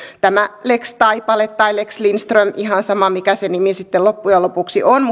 tämä lex taipale tai lex lindström ihan sama mikä se nimi sitten loppujen lopuksi on